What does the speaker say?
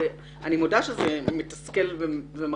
אני מודה שזה מתסכל ומחריד.